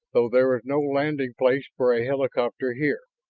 though there was no landing place for a helicopter here.